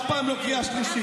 אף פעם לא קריאה שלישית.